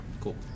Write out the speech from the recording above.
Cool